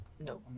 No